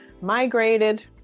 migrated